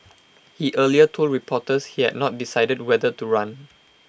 he earlier told reporters he had not decided whether to run